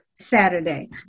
Saturday